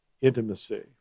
intimacy